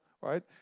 right